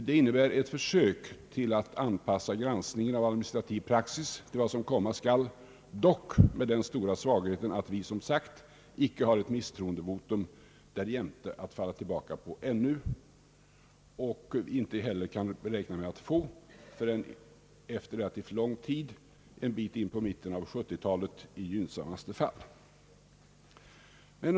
Det innebär ett försök att anpassa granskningen till administrativ praxis, ehuru med den stora svagheten att vi ännu icke har ett misstroendevotum att falla tillbaka på. Vi kan heller inte räkna med att få det förrän i gynnsammaste fall i mitten av 1970-talet.